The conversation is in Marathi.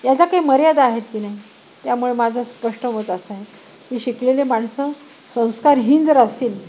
याचा काही मर्यादा आहेत की नाही त्यामुळे माझं स्पष्ट मत असंय मी शिकलेले माणसं संस्कारहीन जर असेल